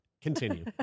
Continue